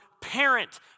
parent